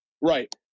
Right